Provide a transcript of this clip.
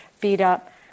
beat-up